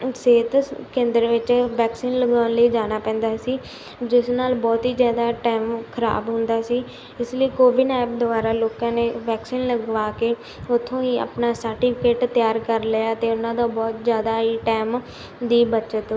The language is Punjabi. ਸਿਹਤ ਸ ਕੇਂਦਰ ਵਿੱਚ ਬੈਕਸੀਨ ਲਗਾਉਣ ਲਈ ਜਾਣਾ ਪੈਂਦਾ ਸੀ ਜਿਸ ਨਾਲ ਬਹੁਤ ਹੀ ਜ਼ਿਆਦਾ ਟੈਮ ਖ਼ਰਾਬ ਹੁੰਦਾ ਸੀ ਇਸ ਲਈ ਕੋਵਿਨ ਐਪ ਦੁਆਰਾ ਲੋਕਾਂ ਨੇ ਵੈਕਸੀਨ ਲਗਵਾ ਕੇ ਉਥੋਂ ਹੀ ਆਪਣਾ ਸਰਟੀਫਿਕੇਟ ਤਿਆਰ ਕਰ ਲਿਆ ਅਤੇ ਉਹਨਾਂ ਦਾ ਬਹੁਤ ਜ਼ਿਆਦਾ ਹੀ ਟੈਮ ਦੀ ਬਚਤ